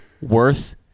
worth